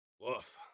Woof